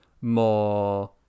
more